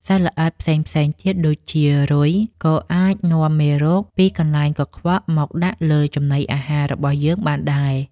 សត្វល្អិតផ្សេងទៀតដូចជា រុយ ក៏អាចនាំមេរោគពីកន្លែងកខ្វក់មកដាក់លើចំណីអាហាររបស់យើងបានដែរ។